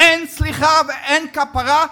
אין סליחה ואין כפרה,